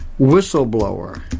whistleblower